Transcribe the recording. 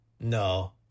No